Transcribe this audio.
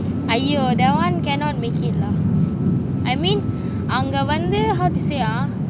!aiyo! that one cannot make it lah I mean அங்க வந்து:anga vanthu how to say ah